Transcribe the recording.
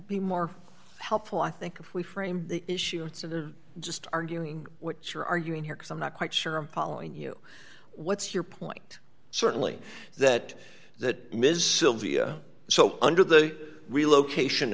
be more helpful i think if we framed the issue instead of just arguing what you're arguing here i'm not quite sure i'm following you what's your point certainly that that ms sylvia so under the relocation